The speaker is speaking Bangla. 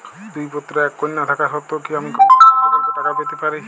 দুই পুত্র এক কন্যা থাকা সত্ত্বেও কি আমি কন্যাশ্রী প্রকল্পে টাকা পেতে পারি?